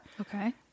okay